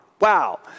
Wow